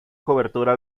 cobertura